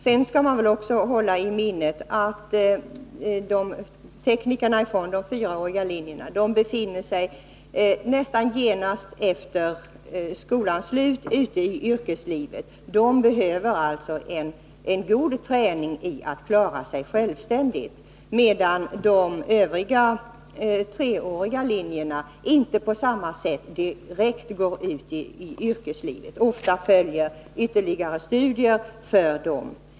Vidare skall man hålla i minnet, att teknikerna från den fyraåriga linjen nästan genast efter skolans slut befinner sig ute i yrkeslivet. De behöver alltså en god träning i att klara sig självständigt. Eleverna från de treåriga linjerna däremot går inte på samma sätt direkt ut i yrkeslivet. Ofta följer ytterligare studier för dem.